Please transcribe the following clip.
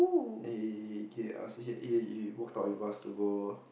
then he he he he ask he he he walk out with us to go